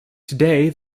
today